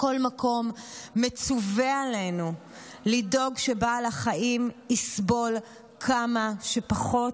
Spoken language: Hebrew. בכל מקום מצווה עלינו לדאוג שבעל החיים יסבול כמה שפחות.